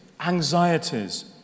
anxieties